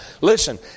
Listen